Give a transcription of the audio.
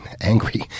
angry